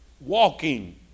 walking